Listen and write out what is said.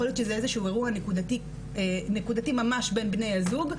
יכול להיות שזה איזשהו אירוע נקודתי ממש בין בני הזוג,